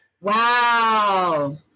wow